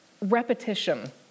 repetition